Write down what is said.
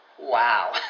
wow